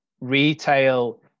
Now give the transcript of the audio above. retail